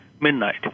midnight